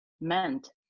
meant